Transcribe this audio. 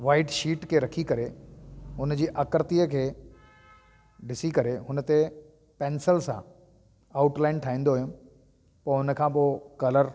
white sheet खे रखी करे उन जी अकृतीअ खे ॾिसी करे उन ते पेंसिल सां आऊट लाईन ठाहींदो हुयुमि पोइ उन खां पोइ कलर